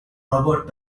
robert